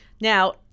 Now